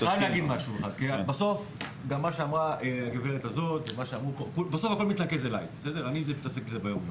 מה שאמר עו"ד איציק, צודק במאה אחוז.